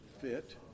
fit